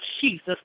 Jesus